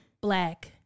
black